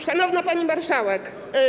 Szanowna Pani Marszałek!